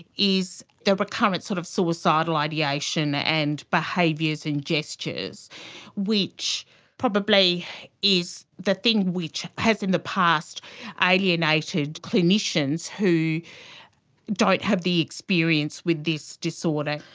is the recurrent sort of suicidal ideation and behaviours and gestures which probably is the thing which has in the past alienated clinicians who don't have the experience with this disorder.